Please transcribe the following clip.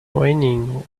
whinnying